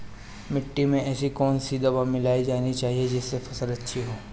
मिट्टी में ऐसी कौन सी दवा मिलाई जानी चाहिए जिससे फसल अच्छी हो?